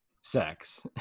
sex